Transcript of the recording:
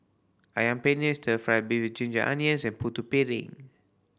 Ayam Penyet stir fried beef with ginger onions and Putu Piring